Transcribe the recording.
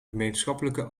gemeenschappelijke